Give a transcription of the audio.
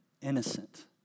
innocent